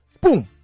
Boom